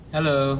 Hello